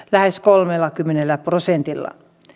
lähes kolmellakymmenellä prosentilla